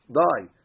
die